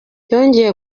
yongeye